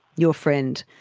your friend.